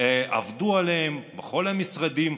עבדו עליהן בכל המשרדים,